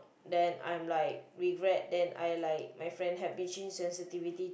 then I'm like regret then I like my friend help me change sensitivity